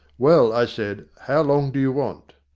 well, i said, how long do you want?